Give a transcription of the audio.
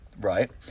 right